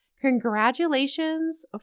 Congratulations